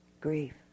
grief